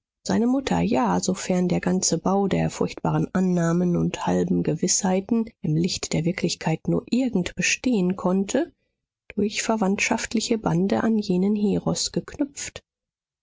seine mutter ja sofern der ganze bau der furchtbaren annahmen und halben gewißheiten im licht der wirklichkeit nur irgend bestehen konnte durch verwandtschaftliche bande an jenen heros geknüpft